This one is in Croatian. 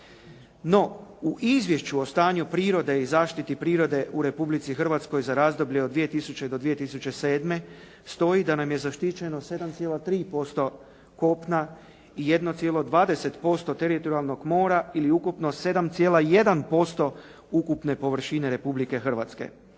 No, u izvješću o stanju prirode i zaštiti prirode u Republici Hrvatskoj za razdoblje od 2000. do 2007. stoji da nam je zaštićeno 7,3% kopna i 1,20% teritorijalnog mora ili ukupno 7,1% ukupne površine Republike Hrvatske.